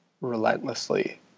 relentlessly